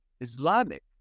Islamic